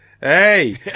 hey